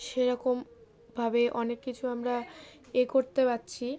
সেরকমভাবে অনেক কিছু আমরা এ করতে পারছি